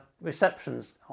receptions